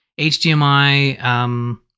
HDMI